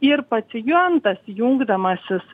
ir pacientas jungdamasis